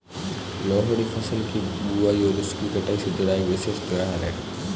लोहड़ी फसल की बुआई और उसकी कटाई से जुड़ा एक विशेष त्यौहार है